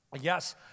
Yes